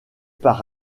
par